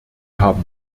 haben